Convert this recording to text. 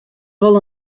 wolle